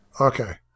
Okay